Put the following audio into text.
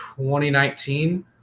2019